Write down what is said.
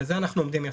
בזה אנחנו עובדים יפה.